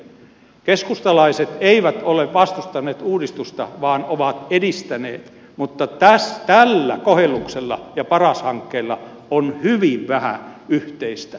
keskustalaiset eivät ole vastustaneet uudistusta vaan ovat edistäneet mutta tällä kohelluksella ja paras hankkeella on hyvin vähän yhteistä